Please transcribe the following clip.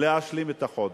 להשלים את החודש.